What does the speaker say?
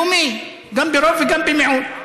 לאומי, גם ברוב וגם במיעוט.